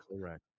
correct